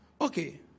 Okay